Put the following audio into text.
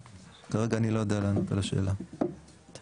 אני לא יודע לענות על השאלה כרגע.